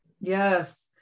Yes